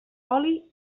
oli